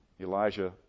Elijah